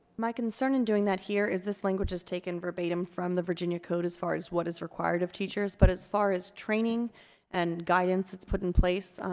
my concern in doing that here is this language is taken verbatim from the virginia code as far as what is required of teachers, but as far as training and guidance, it's put in place.